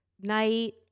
night